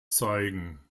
zeigen